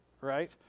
right